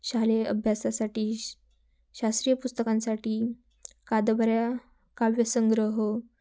शालेय अभ्यासासाठी श शास्त्रीय पुस्तकांसाठी कादंबऱ्या काव्य संग्रह